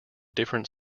different